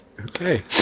Okay